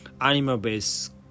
animal-based